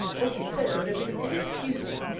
what you said would have been inexcusable.